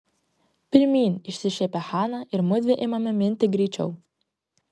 pirmyn išsišiepia hana ir mudvi imame minti greičiau